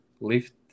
lift